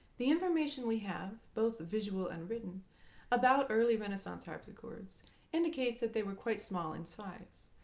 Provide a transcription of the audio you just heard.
the information we have both visual and written about early renaissance harpsichords indicates that they were quite small in size.